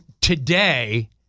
today